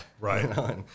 right